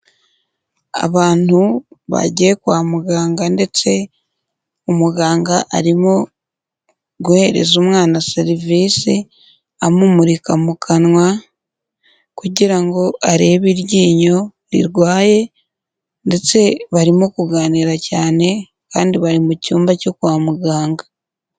Abantu bagiye kwa muganga ndetse umuganga arimo guhereza umwana serivisi amumurika mu kanwa kugira ngo arebe iryinyo rirwaye, ndetse barimo kuganira cyane kandi bari mu cyumba cyo kwa muganga.